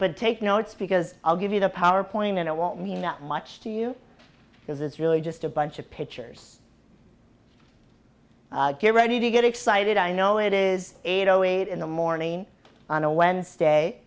but take notes because i'll give you the power point and it won't mean that much to you because it's really just a bunch of pictures get ready to get excited i know it is eight o eight in the morning on a wednesday